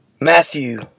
Matthew